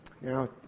Now